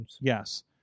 Yes